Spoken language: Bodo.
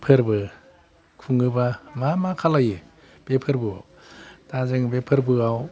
फोरबो खुङोबा मा मा खालायो बे फोर्बोआव दा जों बे फोर्बोआव